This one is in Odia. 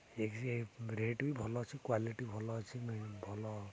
ଏକରେ ରେଟ୍ ବି ଭଲ ଅଛି କ୍ଵାଲିଟି ଭଲ ଅଛି ଭଲ